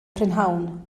prynhawn